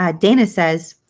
ah dana says,